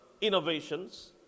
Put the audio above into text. innovations